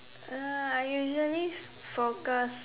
uh I usually focus